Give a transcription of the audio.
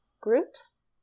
groups